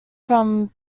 from